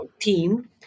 team